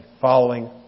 following